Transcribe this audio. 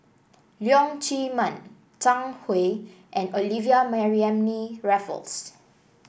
Leong Chee Mun Zhang Hui and Olivia Mariamne Raffles